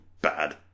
bad